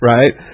Right